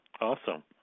Awesome